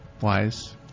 Wise